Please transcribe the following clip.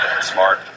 Smart